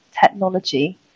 technology